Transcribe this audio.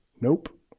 Nope